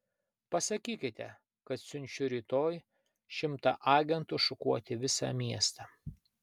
pasakykite kad siunčiu rytoj šimtą agentų šukuoti visą miestą